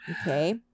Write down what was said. Okay